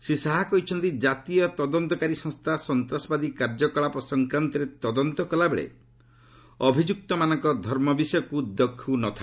ଶ୍ରୀ ଶାହା କହିଛନ୍ତି କାତୀୟ ତଦନ୍ତକାରୀ ସଂସ୍ଥା ସନ୍ତ୍ରାସବାଦୀ କାର୍ଯ୍ୟକଳାପ ସଂକ୍ରାନ୍ତରେ ତଦନ୍ତ କଲାବେଳେ ଅଭିଯ୍ରକ୍ତମାନଙ୍କ ଧର୍ମ ବିଷୟକ୍ର ଦେଖୁନଥା